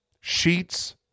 Sheets